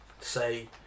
Say